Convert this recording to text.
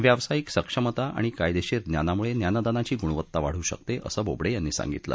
व्यावसायिक सक्षमता आणि कायदेशीर ज्ञानामुळे ज्ञानदानाची गुणवत्ता वाढू शकते असं बोबडे यांनी सांगितलं